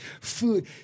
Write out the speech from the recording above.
food